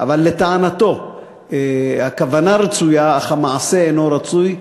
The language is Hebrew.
לטענתו הכוונה רצויה אך המעשה אינו רצוי.